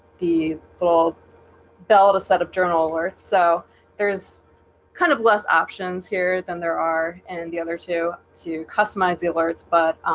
the full belt a set of journal worth so there's kind of less options here than there are and the other two to customize the alerts but